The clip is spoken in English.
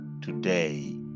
Today